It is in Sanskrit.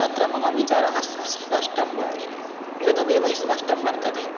तत्र मम विचारः स्पष्टं एतदेव स्पष्टं वर्तते